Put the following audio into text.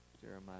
Jeremiah